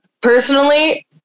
Personally